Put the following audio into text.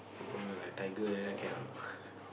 err like tiger like that can or not